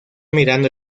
mirando